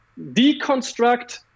deconstruct